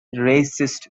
racist